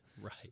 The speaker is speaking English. Right